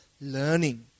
learning